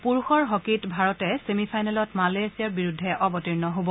পুৰুষৰ হকীত ভাৰতে চেমি ফাইনেলত মালয়েছিয়াৰ বিৰুদ্ধে অৱৰ্তীণ হ'ব